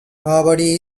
nobody